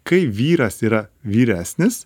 kai vyras yra vyresnis